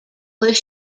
was